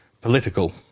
political